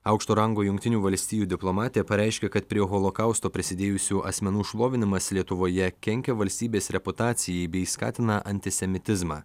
aukšto rango jungtinių valstijų diplomatė pareiškė kad prie holokausto prisidėjusių asmenų šlovinimas lietuvoje kenkia valstybės reputacijai bei skatina antisemitizmą